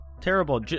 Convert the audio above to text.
terrible